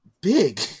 big